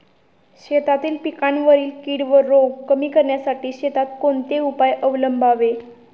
शेतातील पिकांवरील कीड व रोग कमी करण्यासाठी शेतात कोणते उपाय अवलंबावे?